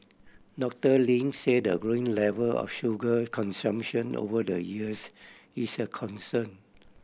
Doctor Ling said the growing level of sugar consumption over the years is a concern